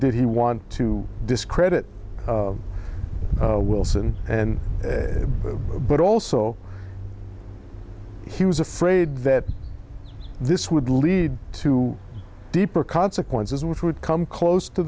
did he want to discredit wilson and bert also he was afraid that this would lead to deeper consequences which would come close to